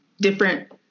different